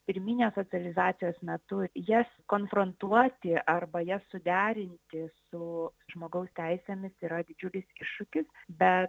pirminės sociolizacijos metu jas konfrontuoti arba jas suderinti su žmogaus teisėmis yra didžiulis iššūkis bet